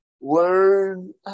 learn